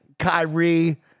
Kyrie